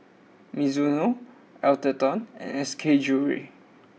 Mizuno Atherton and SK Jewellery